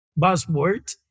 buzzword